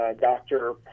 Dr